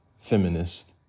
feminist